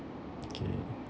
okay